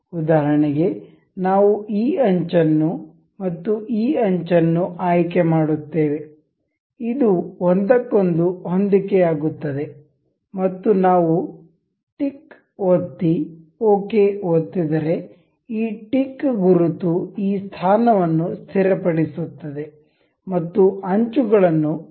ಉದಾಹರಣೆಗೆ ನಾವು ಈ ಅಂಚನ್ನು ಮತ್ತು ಈ ಅಂಚನ್ನು ಆಯ್ಕೆ ಮಾಡುತ್ತೇವೆ ಇದು ಒಂದಕ್ಕೊಂದು ಹೊಂದಿಕೆಯಾಗುತ್ತದೆ ಮತ್ತು ನಾವು ಟಿಕ್ ಒತ್ತಿ ಓಕೆ ಒತ್ತಿ ದರೆ ಈ ಟಿಕ್ ಗುರುತು ಈ ಸ್ಥಾನವನ್ನು ಸ್ಥಿರಪಡಿಸುತ್ತದೆ ಮತ್ತು ಅಂಚುಗಳನ್ನು ಪರಸ್ಪರ ಜೋಡಿಸುತ್ತದೆ